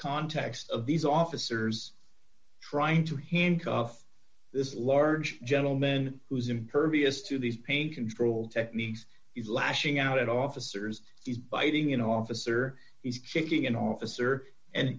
context of these officers trying to handcuff this large gentleman who's impervious to these pain control techniques is lashing out at officers he's biting an officer he's kicking an officer and